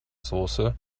soße